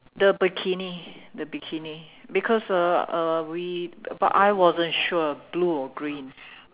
the bikini the bikini because uh uh we but I wasn't sure blue or green